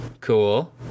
Cool